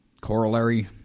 corollary